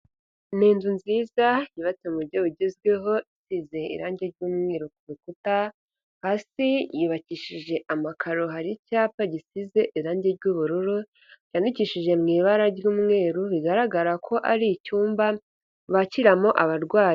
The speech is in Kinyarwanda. Ni inzu nziza yubatse mu buryo bugezweho, isize irangi ry'umweru ku bikuta, hasi yubakishije amakaro, hari icyapa gisize irangi ry'ubururu cyandikishije mu ibara ry'umweru, bigaragara ko ari icyumba bakiriramo abarwayi.